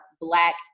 black